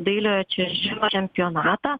dailiojo čiuožimo čempionatą